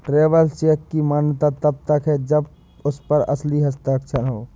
travellers cheque की मान्यता तब है जब उस पर असली हस्ताक्षर हो